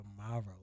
tomorrow